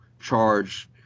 charge